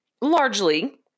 largely